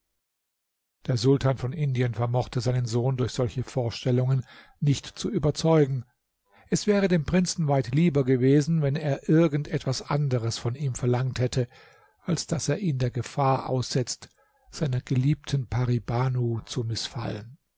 der sultan von indien vermochte seinen sohn durch solche vorstellungen nicht zu überzeugen es wäre dem prinzen weit lieber gewesen wenn er irgend etwas anderes von ihm verlangt hätte als daß er ihn der gefahr aussetzt seiner geliebten pari banu zu mißfallen